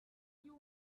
you